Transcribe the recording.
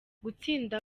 gutsinda